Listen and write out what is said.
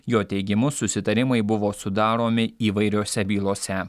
jo teigimu susitarimai buvo sudaromi įvairiose bylose